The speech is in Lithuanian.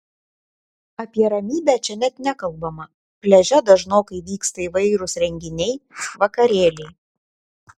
apie ramybę čia net nekalbama pliaže dažnokai vyksta įvairūs renginiai vakarėliai